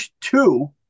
two